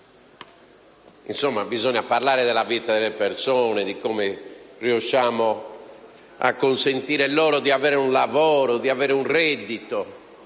bisogna quindi parlare della vita delle persone, di come riusciamo a consentire loro di avere un lavoro e un reddito,